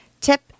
Tip